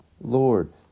Lord